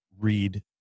read